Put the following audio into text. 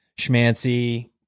schmancy